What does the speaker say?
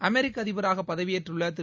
அமெரிக்க அதிபராக பதவியேற்றுள்ள திரு